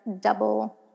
double